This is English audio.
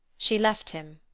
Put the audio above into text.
she left him,